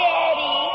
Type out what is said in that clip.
Daddy